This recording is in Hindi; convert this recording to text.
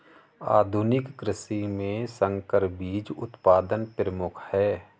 आधुनिक कृषि में संकर बीज उत्पादन प्रमुख है